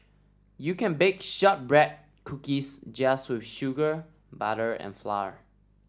you can bake shortbread cookies just with sugar butter and flour